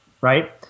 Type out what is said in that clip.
right